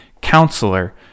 counselor